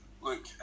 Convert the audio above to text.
look